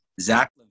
Zach